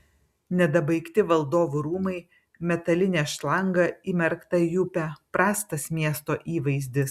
nedabaigti valdovų rūmai metalinė šlanga įmerkta į upę prastas miesto įvaizdis